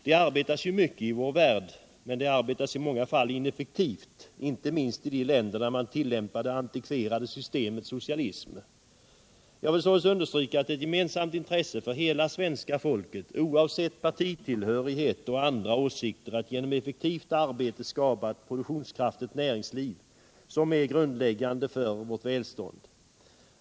Det arbetas mycket i vår värld, men det arbetas i många fall ineffektivt, inte minst i de länder där man tillämpar det antikverade systemet socialism. Jag vill således understryka att det är ett gemensamt intresse för hela svenska folket, oavsett partitillhörighet och andra åsikter, att genom effektivt arbete skapa ett produktionskraftigt näringsliv, som är grundläggande för vårt välstånd.